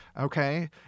Okay